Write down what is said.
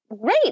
great